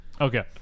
okay